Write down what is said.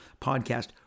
podcast